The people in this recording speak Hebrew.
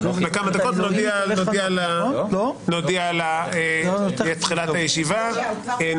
הפסקה ונודיע על תחילת הישיבה.